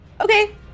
Okay